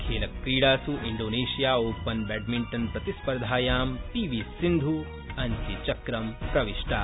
खेलक्रीडास् Indonesia open badminton प्रतिस्पर्धायां पी वी सिन्धू अन्त्यचक्र प्रविष्टा